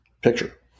picture